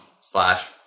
slash